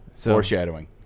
Foreshadowing